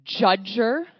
Judger